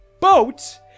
Boat